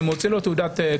אני מוציא לו תעודת קצין,